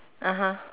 (uh huh)